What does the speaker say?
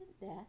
death